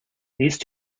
these